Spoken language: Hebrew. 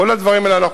כל הדברים הללו,